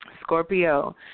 Scorpio